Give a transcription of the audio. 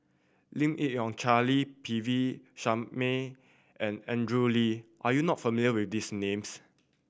Lim Yi Yong Charle P V Sharma and Andrew Lee are you not familiar with these names